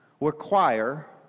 require